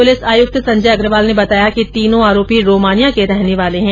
police आयुक्त संजय अग्रवाल ने बताया कि तीनों आरोपी रोमानिया के रहने वाले हैं